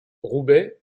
roubaix